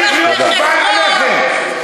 צריך להיות, עליכם.